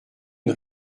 une